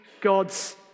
God's